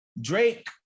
Drake